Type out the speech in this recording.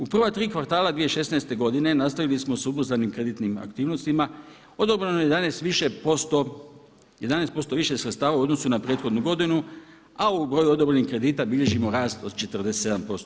U prva tri kvartala 2016. godine nastavili smo sa ubrzanim kreditnim aktivnostima odobreno je 11 više posto, 11% više sredstava u odnosu na prethodnu godinu, a ovu godinu odobrenih kredita bilježimo rast od 47%